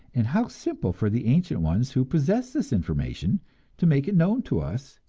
and how simple for the ancient ones who possess this information to make it known to us,